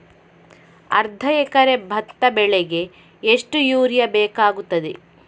ಅರ್ಧ ಎಕರೆ ಭತ್ತ ಬೆಳೆಗೆ ಎಷ್ಟು ಯೂರಿಯಾ ಬೇಕಾಗುತ್ತದೆ?